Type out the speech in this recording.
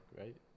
right